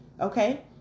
Okay